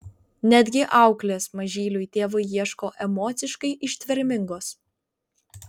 netgi auklės mažyliui tėvai ieško emociškai ištvermingos